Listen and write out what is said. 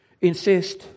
insist